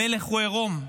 המלך הוא עירום.